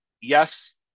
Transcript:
yes